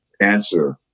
answer